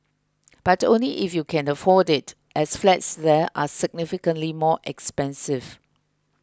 but only if you can afford it as flats there are significantly more expensive